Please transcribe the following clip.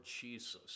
Jesus